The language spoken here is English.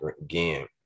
again